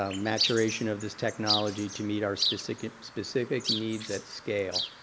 um maturation of this technology to meet our specific specific needs at scale.